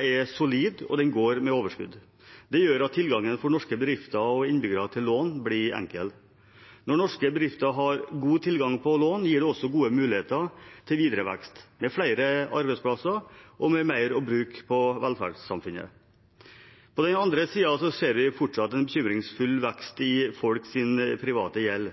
er solid, og den går med overskudd. Det gjør at tilgangen på lån for norske innbyggere og norske bedrifter er enkel. Når norske bedrifter har god tilgang på lån, gir det også gode muligheter for videre vekst, noe som gir flere arbeidsplasser og mer å bruke på velferdssamfunnet. På den andre siden ser vi fortsatt en bekymringsfull vekst i folks private gjeld.